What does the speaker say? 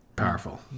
powerful